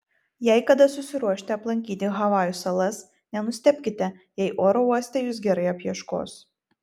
jei kada susiruošite aplankyti havajų salas nenustebkite jei oro uoste jus gerai apieškos